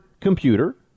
computer